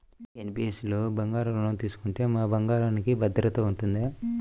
NBFC లలో బంగారు ఋణం తీసుకుంటే మా బంగారంకి భద్రత ఉంటుందా?